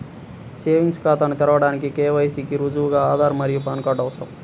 savings ఖాతాను తెరవడానికి KYC కి రుజువుగా ఆధార్ మరియు పాన్ కార్డ్ అవసరం